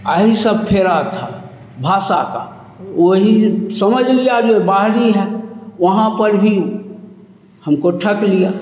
आहि सब फेरा था भाषा का वही समझ लिया जो बाहरी है वहाँ पर भी हमको ठग लिया